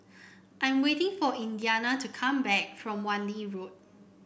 I'm waiting for Indiana to come back from Wan Lee Road